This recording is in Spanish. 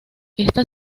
esta